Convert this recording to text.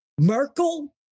Merkel